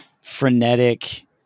frenetic